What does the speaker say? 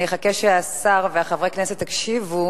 אני אחכה שהשר וחברי הכנסת יקשיבו